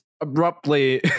abruptly